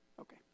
okay